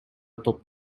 топ